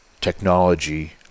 technology